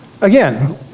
again